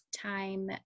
time